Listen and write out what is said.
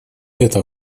это